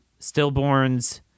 stillborns